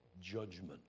judgment